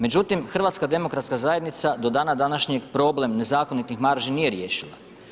Međutim HDZ do dana današnjeg problem nezakonitih marži nije riješila.